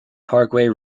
parkway